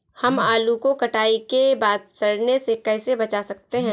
हम आलू को कटाई के बाद सड़ने से कैसे बचा सकते हैं?